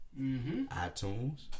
iTunes